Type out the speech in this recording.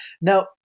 Now